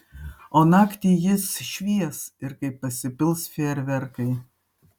o naktį jis švies ir kai pasipils fejerverkai